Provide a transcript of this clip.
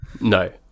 No